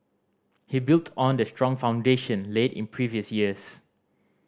he built on the strong foundation laid in previous years